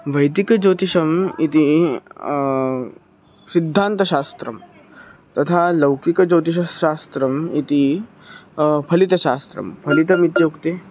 वैदिकजोतिषम् इति सिद्धान्तशास्त्रं तथा लौकिकज्योतिषशास्त्रम् इति फलितशास्त्रं फलितम् इत्युक्ते